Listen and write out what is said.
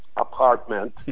apartment